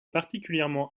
particulièrement